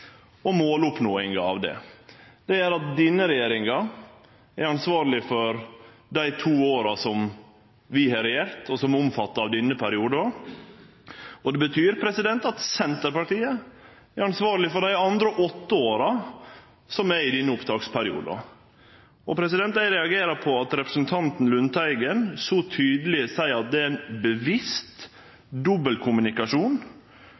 og måloppnåinga. Det gjer at denne regjeringa er ansvarleg for dei to åra som vi har regjert, og som omfattar denne perioden. Og det betyr at Senterpartiet er ansvarleg for dei andre åtte åra i perioden. Eg reagerer på at representanten Lundteigen så tydeleg seier at det er bevisst dobbeltkommunikasjon frå departementet over tid, og at departementet på bakgrunn av det må skjerpe seg. Ein